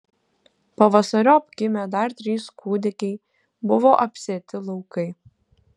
pavasariop gimė dar trys kūdikiai buvo apsėti laukai